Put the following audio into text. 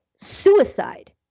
suicide